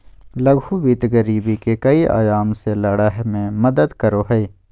लघु वित्त गरीबी के कई आयाम से लड़य में मदद करो हइ